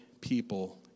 people